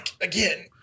again